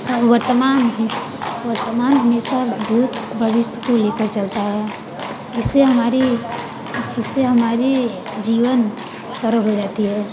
वर्तमान वर्तमान हमेशा भूत भविष्य को लेकर चलता है इसे हमारी इससे हमारी जीवन सरल हो जाती है